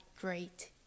great